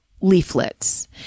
Leaflets